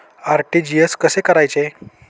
RTGS कसे करायचे?